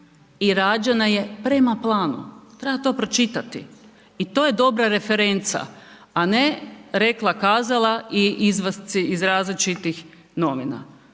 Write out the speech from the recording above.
i rađena je prema planu. Treba to pročitati. I to je dobra referenca, a ne rekla kazala i izvadci iz različitih novina,